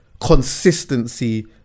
consistency